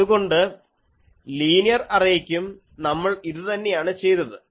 അതുകൊണ്ട് ലീനിയർ അറേയ്ക്കും നമ്മൾ ഇതുതന്നെയാണ് ചെയ്തത്